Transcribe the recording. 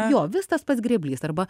jo vis tas pats grėblys arba